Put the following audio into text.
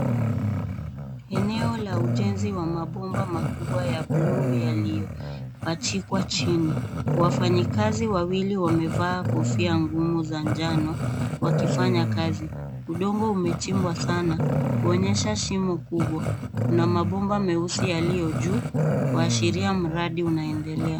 Eneo la ujenzi wa mabomba makubwa ya bluu yaliyopachikwa chini , wafanyikazi wawili wamevaa kofia ngumu za njano wakifanya kazi. Udongo umechimbwa sana kuonyesha shimo kubwa, kuna mabomba meusi yaliyo juu kuashiria mradi unaendelea.